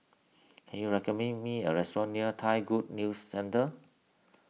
can you recommend me a restaurant near Thai Good News Centre